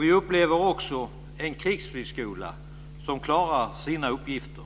Vi upplever också en krigsflygskola som klarar sina uppgifter